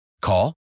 Call